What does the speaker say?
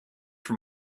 for